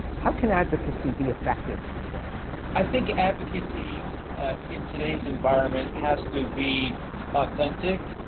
how can advocacy be effective these days? i think advocacy in today's environment has to be authentic,